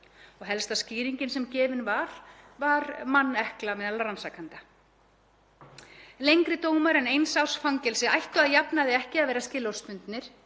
og helsta skýringin sem gefin var var mannekla meðal rannsakenda. Lengri dómar en eins árs fangelsi ættu að jafnaði ekki að vera skilorðsbundnir